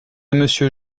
monsieur